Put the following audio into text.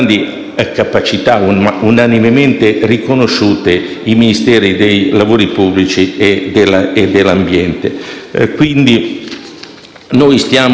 Stiamo ricordando un uomo che ha veramente portato le istituzioni ad altissimi livelli in ogni sua occasione.